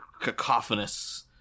cacophonous